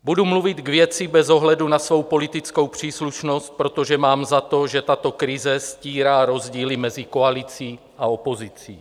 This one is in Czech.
Budu mluvit k věci bez ohledu na svou politickou příslušnost, protože mám za to, že tato krize stírá rozdíly mezi koalicí a opozicí.